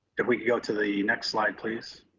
if we can go to the next slide, please,